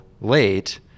late